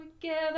together